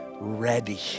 ready